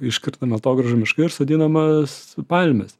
iškertami atogrąžų miškai ir sodinamas palmės